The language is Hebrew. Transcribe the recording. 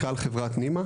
נימא.